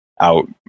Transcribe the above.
out